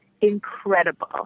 incredible